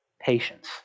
patience